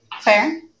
Fair